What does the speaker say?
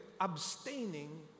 abstaining